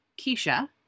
Keisha